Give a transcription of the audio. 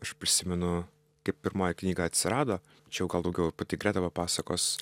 aš prisimenu kaip pirmoji knyga atsirado čia jau gal daugiau pati greta papasakos